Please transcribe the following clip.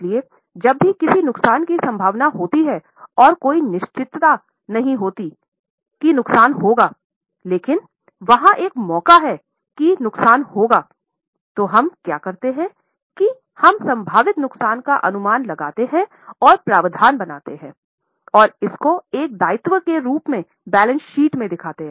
इसलिए जब भी किसी नुकसान की संभावना होती है औऱ कोई निश्चितता नहीं होती है कि नुकसान होगा लेकिन वहाँ एक मौका है कि एक नुकसान होगातो हम क्या करते हैं कि हम संभावित नुकसान का अनुमान लगाते हैं और प्रावधान बनाते हैं और इसको एक दायित्व के रूप में बैलेंस शीट में दिखाएं